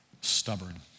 stubborn